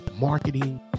marketing